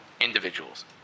individuals